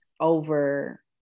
over